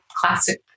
classic